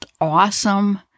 awesome